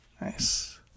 Nice